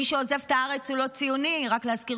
מי שעוזב את הארץ הוא לא ציוני רק להזכיר